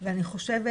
ואני חושבת